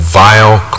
vile